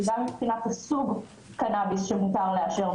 גם מבחינת סוג הקנביס שמותר לאשר,